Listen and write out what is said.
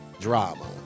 Drama